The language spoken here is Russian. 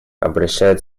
обращают